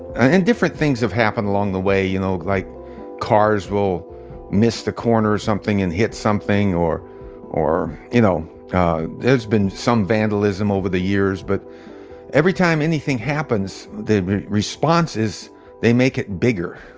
and different things have happened along the way, you know like cars will miss the corner or something and hit something, or or you know there's been some vandalism over the years but every time anything happens, the response is they make it bigger.